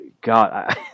God